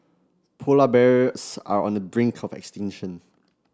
polar bears are on the brink of extinction